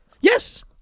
Yes